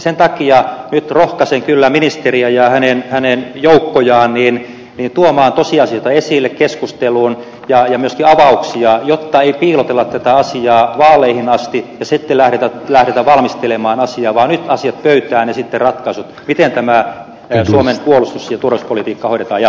sen takia nyt rohkaisen kyllä ministeriä ja hänen joukkojaan tuomaan tosiasioita esille keskusteluun ja myöskin avauksia jotta ei piilotella tätä asiaa vaaleihin asti ja sitten lähdetä valmistelemaan asiaa vaan nyt asiat pöytään ja sitten ratkaisut miten suomen puolustus ja turvallisuuspolitiikka hoidetaan jatkossa